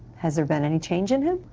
has there been any change in him?